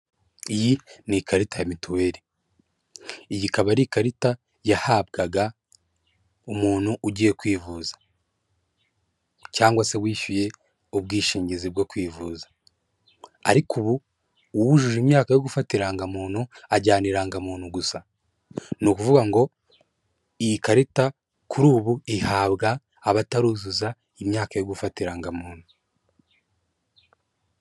Iyi ni ikarita ya mituweri, iyi ikaba ari ikarita yahabwaga umuntu ugiye kwivuza cyangwa se wishyuye ubwishingizi bwo kwivuza ariko ubu uwujuje imyaka yo gufata irangamuntu ajyana irangadanmuntu gusa. Ni ukuvuga ngo iyi karita kuri ubu ihabwa abataruzuza imyaka yo gufata indangamuntu.